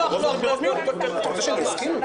הישיבה